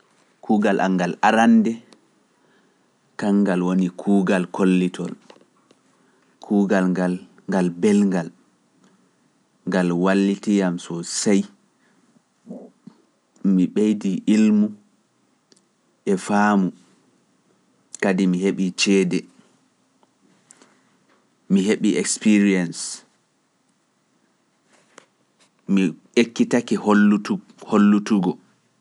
Kuugal angal arande, kangal woni kuugal kollitol, kuugal ngal ngal belngal, ngal wallitii am so sey, mi ɓeydi ilmu e faamu, kadi mi heɓi ceede, mi heɓi experience, mi ekkitake hollutugo.